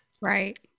Right